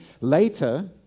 later